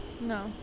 no